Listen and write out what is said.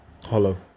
Hollow